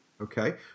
Okay